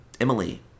Emily